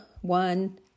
one